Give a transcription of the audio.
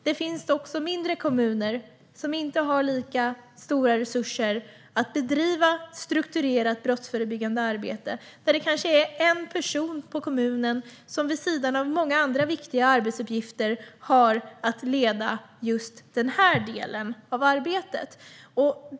Det finns också mindre kommuner som inte har lika stora resurser att bedriva ett strukturerat brottsförebyggande arbete. Det kanske är en person i kommunen som har att leda den här delen av arbetet vid sidan av många andra viktiga arbetsuppgifter.